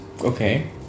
okay